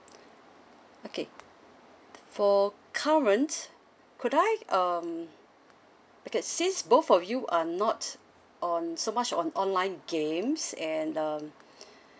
okay for current could I um because seem both of you are not on so much on online games and um